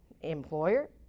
employer